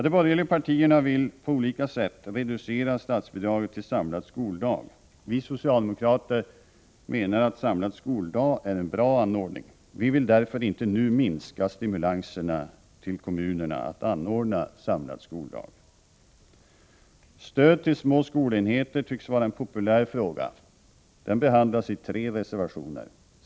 De borgerliga partierna vill på olika sätt reducera statsbidraget till samlad skoldag. Vi socialdemokrater menar att samlad skoldag är en bra anordning. Vi vill därför inte nu minska stimulanserna till kommunerna att anordna samlad skoldag. Stöd till små skolenheter tycks vara en populär fråga. Den behandlas i tre reservationer.